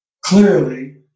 clearly